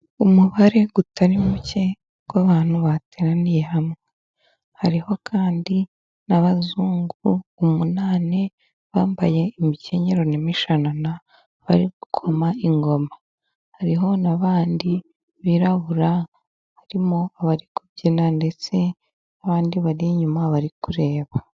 Umubare utari muke w'abantu bateraniye hamwe, hariho kandi n'abazungu umunani bambaye imkenyero ni'mishanana, n'abari gukoma ingoma hariho n'abandi birabura, harimo abari kubyina ndetse n'abandi bari inyuma bari kureba.